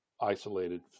isolated